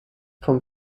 vom